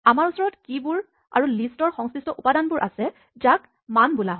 আমাৰ ওচৰত কী চাবি বোৰ আৰু লিষ্টৰ সংশ্লিষ্ট উপাদানবোৰ আছে যাক মান বোলা হয়